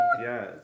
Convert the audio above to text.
Yes